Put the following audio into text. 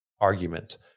argument